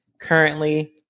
Currently